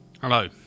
Hello